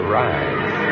rise